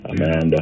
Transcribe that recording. Amanda